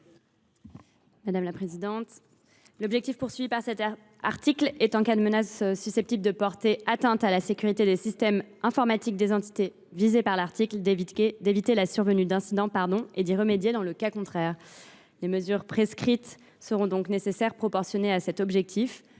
du Gouvernement ? L’objectif visé par cet article est, en cas de menace susceptible de porter atteinte à la sécurité des systèmes informatiques des entités visées par le texte, d’éviter la survenue d’incidents ou d’y remédier s’ils n’ont pu être empêchés. Les mesures prescrites seront donc nécessaires et proportionnées à cet objectif.